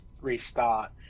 restart